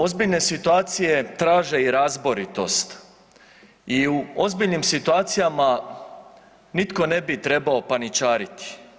Ozbiljne situacije traže i razboritost i u ozbiljnim situacijama nitko ne bi trebao paničariti.